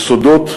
יסודות,